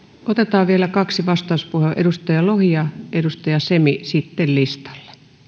otetaan vielä kaksi vastauspuheenvuoroa edustaja lohi ja edustaja semi sitten listalle